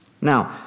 Now